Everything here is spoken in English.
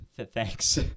thanks